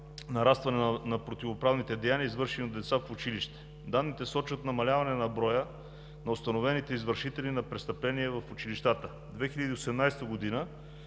няма нарастване на противоправните деяния, извършени от деца в училище. Данните сочат намаляване на броя на установените извършители на престъпления в училищата. В 2018 г.